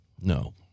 No